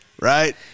right